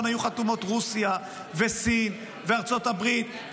היו חתומות רוסיה וסין וארצות הברית,